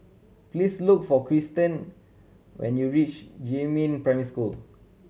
please look for Kirsten when you reach Jiemin Primary School